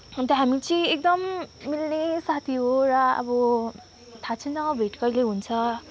अन्त हामी चाहिँ एकदम मिल्ने साथी हो र अब थाहा छैन भेट कहिले हुन्छ